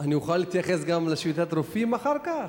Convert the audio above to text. אני אוכל להתייחס גם לשביתת הרופאים אחר כך?